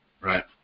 right